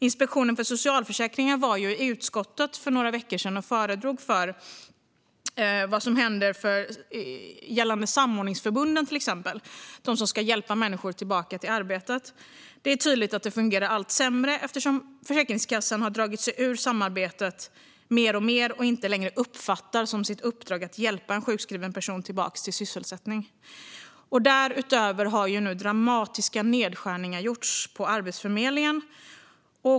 Inspektionen för socialförsäkringen var för några veckor sedan i utskottet och föredrog vad som händer när det till exempel gäller samordningsförbunden - de som ska hjälpa människor tillbaka till arbetet. Det är tydligt att detta fungerar allt sämre eftersom Försäkringskassan har dragit sig ur samarbetet mer och mer och inte längre uppfattar det som sitt uppdrag att hjälpa en sjukskriven person tillbaka till sysselsättning. Därutöver har nu dramatiska nedskärningar gjorts på Arbetsförmedlingen.